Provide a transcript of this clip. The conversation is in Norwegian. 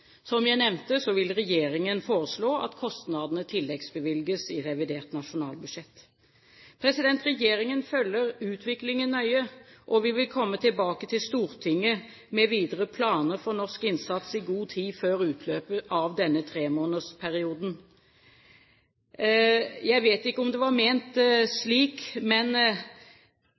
Som jeg nevnte, vil regjeringen foreslå at kostnadene tilleggsbevilges i revidert nasjonalbudsjett. Regjeringen følger utviklingen nøye, og vi vil komme tilbake til Stortinget med videre planer for norsk innsats i god tid før utløpet av denne tremånedersperioden. Jeg vet ikke om det var ment slik, men